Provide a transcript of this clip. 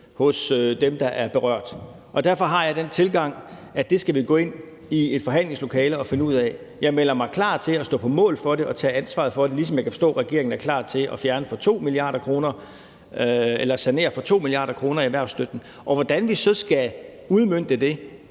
hos dem, der er berørt. Og derfor har jeg den tilgang, at det skal vi gå ind i et forhandlingslokale og finde ud af. Jeg melder mig klar til at stå på mål for det og tage ansvar for det, ligesom jeg kan forstå, at regeringen er klar til at sanere for 2 mia. kr. i erhvervsstøtten. Og hvordan vi så skal udmønte det,